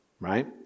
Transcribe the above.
right